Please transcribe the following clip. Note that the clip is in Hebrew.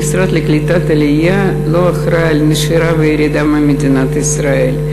המשרד לקליטת העלייה לא אחראי לנשירה וירידה ממדינת ישראל.